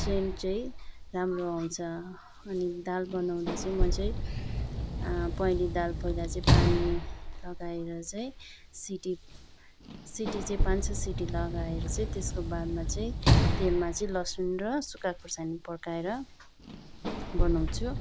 saint चाहिँ राम्रो आउँछ अनि दाल बनाउँदा चाहिँ म चाहिँ पहेँली दाल पहिला चाहिँ पानी लगाएर चाहिँ सिटी सिटी चाहिँ पाँच छ सिटी लाएर चाहिँ त्यसको बादमा चाहिँ तेलमा चाहिँ लसुन र सुखा खोर्सानी पडकाएर बनाउँछु